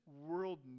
world